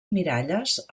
miralles